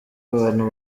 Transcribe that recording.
abantu